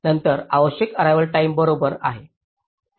नंतर आवश्यक arrival time बरोबर आहे